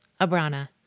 Abrana